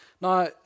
Now